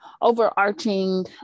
overarching